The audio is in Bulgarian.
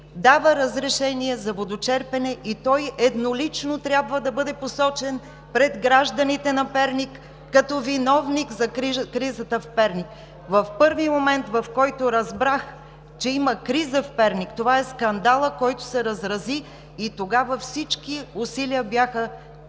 дава разрешения за водочерпене и той еднолично трябва да бъде посочен пред гражданите на Перник като виновник за кризата в Перник? В първия момент, в който разбрах, че има криза в Перник – това е скандалът, който се разрази, и тогава усилията